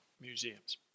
museums